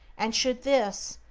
and should this,